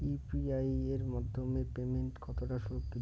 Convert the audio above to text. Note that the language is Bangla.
ইউ.পি.আই এর মাধ্যমে পেমেন্ট কতটা সুরক্ষিত?